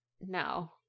No